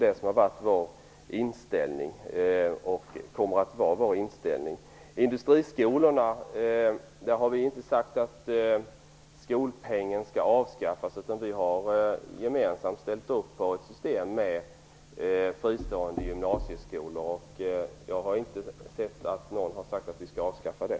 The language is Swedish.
Det har varit och kommer att vara vår inställning. Vi har inte sagt att skolpengen skall avskaffas i industriskolorna, utan vi har ställt upp på ett system med fristående gymnasieskolor. Jag har inte sett att någon har sagt att vi skall avskaffa det.